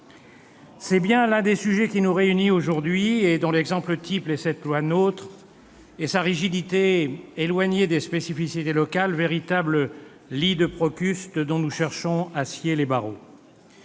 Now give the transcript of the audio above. C'est bien l'un des sujets qui nous réunit aujourd'hui et cette loi NOTRe et sa rigidité éloignée des spécificités locales, véritable lit de Procuste dont nous cherchons à scier les barreaux,